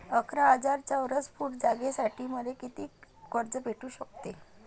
अकरा हजार चौरस फुट जागेसाठी मले कितीक कर्ज भेटू शकते?